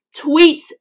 Tweets